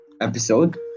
episode